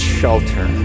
shelter